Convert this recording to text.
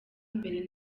mbere